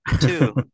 Two